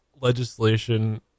Legislation